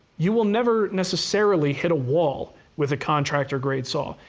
you will never necessarily hit a wall with a contractor grade saw.